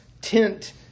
tent